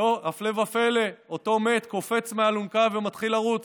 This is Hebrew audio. והפלא ופלא, אותו מת קופץ מהאלונקה ומתחיל לרוץ.